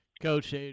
Coach